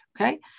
Okay